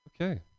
Okay